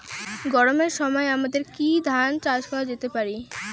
গরমের সময় আমাদের কি ধান চাষ করা যেতে পারি?